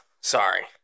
Sorry